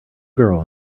girl